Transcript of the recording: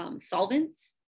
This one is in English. solvents